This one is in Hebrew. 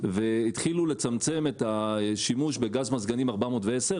והתחילו לצמצם את השימוש בגז מזגנים R410,